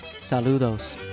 saludos